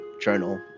journal